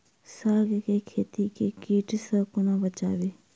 साग केँ खेत केँ कीट सऽ कोना बचाबी?